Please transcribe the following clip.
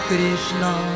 Krishna